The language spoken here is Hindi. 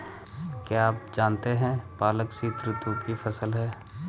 क्या आप जानते है पालक शीतऋतु की फसल है?